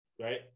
right